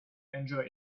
enjoy